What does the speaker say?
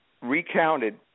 recounted